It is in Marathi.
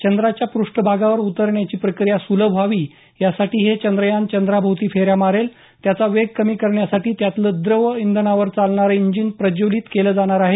चंद्राच्या प्रष्ठभागावर उतरण्याची प्रक्रिया सुलभ व्हावी यासाठी हे चंद्रयान चंद्राभोवती फेऱ्या मारेल त्याचा वेग कमी करण्यासाठी त्यातलं द्रव इंधनावर चालणारं इंजिन प्रज्वलित केलं जाणार आहे